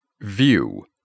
View